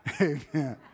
Amen